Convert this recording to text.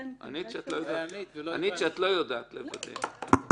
ענית שאת לא יודעת לוודא.